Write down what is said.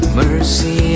mercy